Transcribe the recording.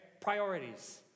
Priorities